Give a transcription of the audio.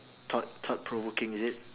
thought~ thought-provoking is it